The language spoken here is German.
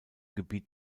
gebiet